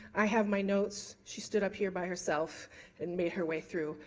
i have my notes, she stood up here by herself and made her way through.